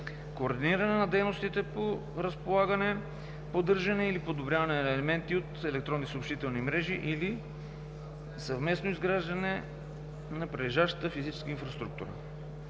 координиране на дейностите по разполагане, поддържане или подобряване на елементи от електронни съобщителни мрежи или съвместно изграждане на прилежащата физическа инфраструктура.